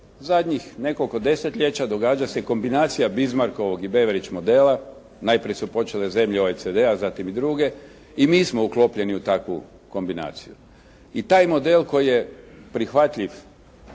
Zadnjih nekoliko desetljeća događa se kombinacija Bismarckovog i Beveridge modela. Najprije su počele zemlje OECD-a a zatim i druge. I mi smo uklopljeni u takvu kombinaciju. I taj model koji je prihvatljiv